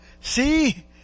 see